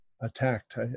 attacked